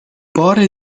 بار